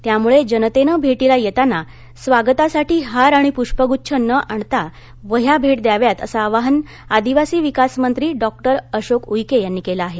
त्यामुळे जनतेनं भेटीला येतांना स्वागतासाठी हार आणि प्रष्पगुच्छ न आणता वह्या भेट द्याव्यात असं आवाहन आदिवासी विकास मंत्री डॉक्टर अशोक उईके यांनी केलं आहे